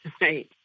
right